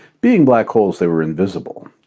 being black holes, they were invisible.